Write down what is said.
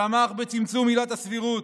תמך בצמצום עילת הסבירות,